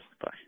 bye